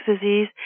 disease